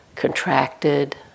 contracted